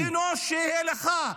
צלם של אנוש שיהיה לך.